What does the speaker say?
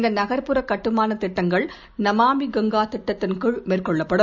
இந்த நகர்புற கட்டுமான திட்டங்கள் நமாமி கங்கா திட்டத்தின் கீழ் மேற்கொள்ளப்படும்